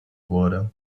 wurde